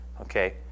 okay